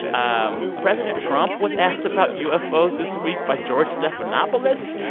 um president trump was asked about ufos this week by george stephanopoulos,